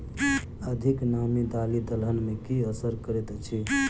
अधिक नामी दालि दलहन मे की असर करैत अछि?